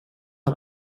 ein